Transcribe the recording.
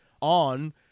on